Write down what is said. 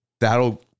that'll